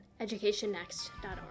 educationnext.org